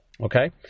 Okay